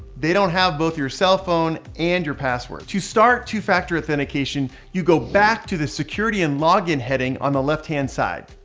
they don't have both your cellphone and your passwords. to start two factor authentication, you go back to the security and login heading on the left hand side.